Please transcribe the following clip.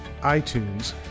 iTunes